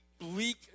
bleak